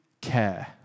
care